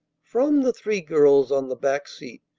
from the three girls on the back seat,